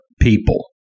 people